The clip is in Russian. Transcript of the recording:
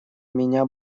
меня